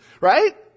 Right